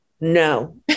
No